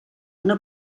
una